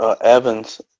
Evans